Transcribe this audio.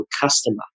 customer